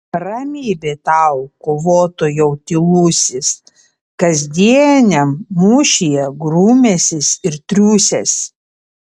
ramybė tau kovotojau tylusis kasdieniam mūšyje grūmęsis ir triūsęs